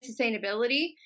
sustainability